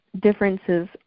differences